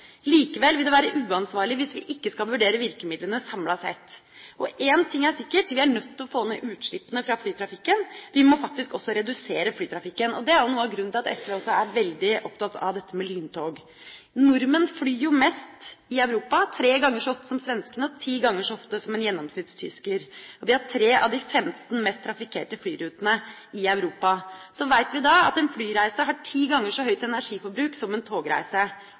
Likevel vil det være uansvarlig hvis vi ikke skal vurdere virkemidlene samlet sett. Og én ting er sikkert: Vi er nødt til å få ned utslippene fra flytrafikken. Vi må faktisk også redusere flytrafikken. Det er jo noe av grunnen til at SV også er veldig opptatt av dette med lyntog. Nordmenn flyr mest i Europa – tre ganger så ofte som svenskene og ti ganger så ofte som en gjennomsnitts tysker. Og vi har tre av de femten mest trafikkerte flyrutene i Europa. Så vet vi at en flyreise har ti ganger så høyt energiforbruk som en togreise